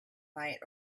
might